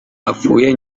apfuye